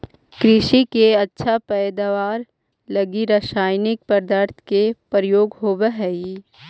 कृषि के अच्छा पैदावार लगी रसायनिक पदार्थ के प्रयोग होवऽ हई